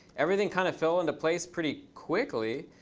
everything kind of fell into place pretty quickly.